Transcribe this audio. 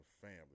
family